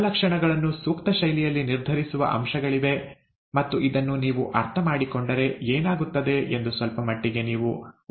ಗುಣಲಕ್ಷಣಗಳನ್ನು ಸೂಕ್ತ ಶೈಲಿಯಲ್ಲಿ ನಿರ್ಧರಿಸುವ ಅಂಶಗಳಿವೆ ಮತ್ತು ಇದನ್ನು ನೀವು ಅರ್ಥಮಾಡಿಕೊಂಡರೆ ಏನಾಗುತ್ತದೆ ಎಂದು ಸ್ವಲ್ಪ ಮಟ್ಟಿಗೆ ನೀವು ಊಹಿಸಬಹುದು